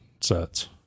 sets